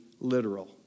literal